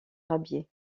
rabier